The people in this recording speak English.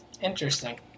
interesting